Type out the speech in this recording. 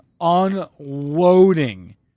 unloading